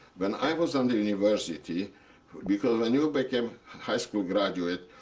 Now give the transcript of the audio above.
when i was on the university because when you became high school graduate,